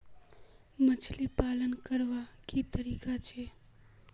मछली पालन करवार की तरीका छे?